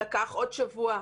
לקח עוד שבוע,